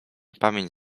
pamięć